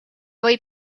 võib